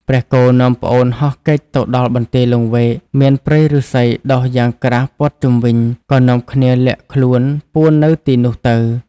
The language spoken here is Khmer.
ព្រះគោនាំប្អូនហោះគេចទៅដល់បន្ទាយលង្វែក មានព្រៃឫស្សីដុះយ៉ាងក្រាស់ព័ទ្ធជុំវិញ ក៏នាំគ្នាលាក់ខ្លួនពួននៅទីនោះទៅ។